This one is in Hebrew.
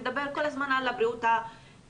מדבר כל הזמן על בריאות הגוף.